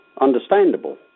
understandable